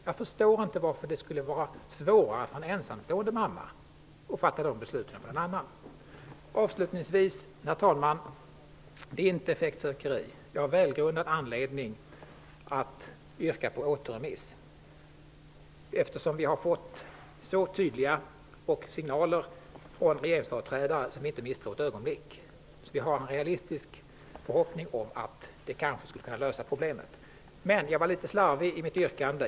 Jag förstår inte varför det skulle vara svårare för en ensamstående mamma att fatta de besluten än för någon annan. Avslutningsvis vill jag säga, herr talman, att jag har välgrundad anledning att yrka på återremiss -- det är inte effektsökeri. Vi har fått tydliga signaler från regeringsföreträdare som vi inte ett ögonblick misstror, så vi har en realistisk förhoppning om att det kanske skulle kunna lösa problemet. Men jag var litet slarvig i mitt yrkande.